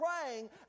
praying